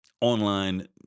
online